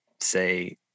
say